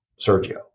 Sergio